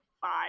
five